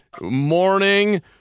morning